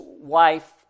wife